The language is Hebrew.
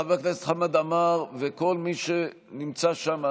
חבר הכנסת חמד עמאר וכל מי שנמצא שם,